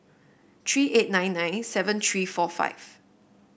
three eight nine nine seven three four five